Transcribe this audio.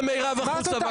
יוראי ומירב, החוצה.